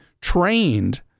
trained